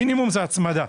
מינימום זה הצמדה.